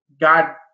God